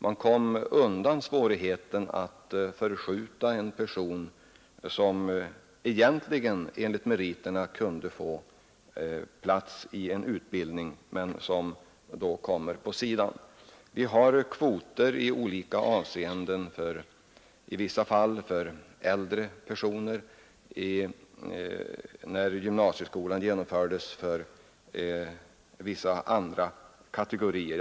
Man skulle undgå den grannlaga bedömningen att förskjuta en person som egentligen enligt meriterna kunde få plats i en utbildning men som kommer på sidan. Vi införde i en del fall kvoter för äldre personer med utbildningshandikapp när gymnasieskolan genomfördes, för att nämna ett exempel.